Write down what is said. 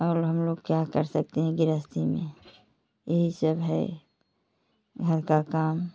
और हम लोग क्या कर सकते हैं गृहस्ती में यही सब है घर का काम